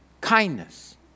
kindness